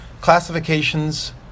classifications